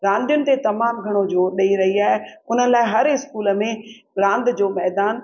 रांदियुनि ते तमामु घणो जोर ॾेई रही आहे उन लाइ हर स्कूल में रांदि जो मैदानु